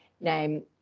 name